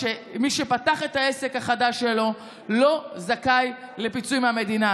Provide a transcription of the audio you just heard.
מי שפתח את העסק החדש שלו לא זכאי לפיצוי מהמדינה.